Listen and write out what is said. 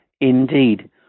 Indeed